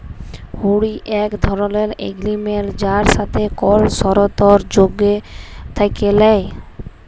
হুঁড়ি এক ধরলের এগরিমেনট যার সাথে কল সরতর্ যোগ থ্যাকে ল্যায়